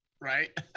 Right